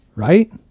Right